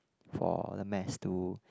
for the mass to